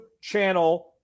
channel